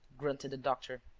grunted the doctor.